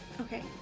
Okay